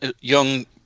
young